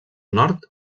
nord